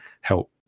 help